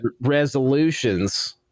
resolutions